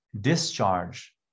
discharge